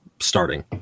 starting